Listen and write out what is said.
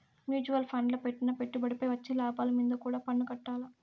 mutual ఫండ్ల పెట్టిన పెట్టుబడిపై వచ్చే లాభాలు మీంద కూడా పన్నుకట్టాల్ల